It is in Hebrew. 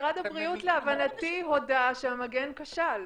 משרד הבריאות, להבנתי, הודה שהמגן כשל.